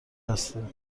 هستیم